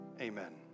Amen